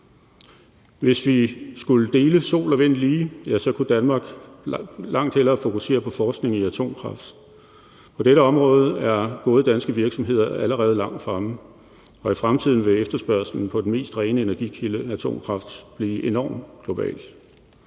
Hvis vi skulle dele sol og vind lige, burde Danmark langt hellere fokusere på forskning i atomkraft. På dette område er gode danske virksomheder allerede langt fremme, og i fremtiden vil efterspørgslen på den mest rene energikilde, atomkraft, blive enorm på globalt